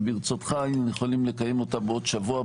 וברצותך היינו יכולים לקיים אותה בעוד שבוע,